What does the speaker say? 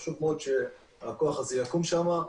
חשוב שהכוח הזה יקום שם.